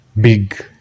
big